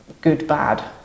good-bad